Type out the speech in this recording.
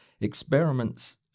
Experiments